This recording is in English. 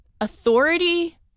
authority